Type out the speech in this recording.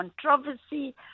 controversy